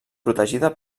protegida